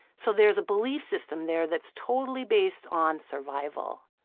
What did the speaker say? so there's a belief system there that's totally based on survival.